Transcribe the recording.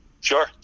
Sure